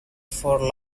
for